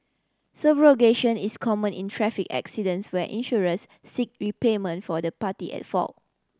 subrogation is common in traffic accidents where insurers seek repayment for the party at fault